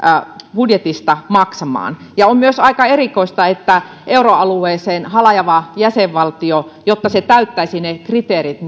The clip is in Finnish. budjetista maksamaan ja on myös aika erikoista että oltaisiin yhteisestä budjetista tukemassa euroalueeseen halajavaa jäsenvaltiota jotta se täyttäisi kriteerit